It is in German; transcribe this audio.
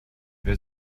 wer